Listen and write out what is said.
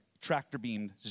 tractor-beamed